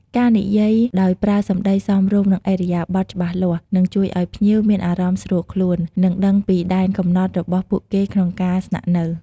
ការនិយាយាដោយប្រើសម្តីសមរម្យ និងឥរិយាបទច្បាស់លាស់ នឹងជួយឲ្យភ្ញៀវមានអារម្មណ៍ស្រួលខ្លួន និងដឹងពីដែនកំណត់របស់ពួកគេក្នុងការស្នាក់នៅ។